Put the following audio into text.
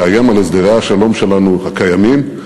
תאיים על הסדרי השלום הקיימים שלנו,